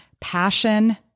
passion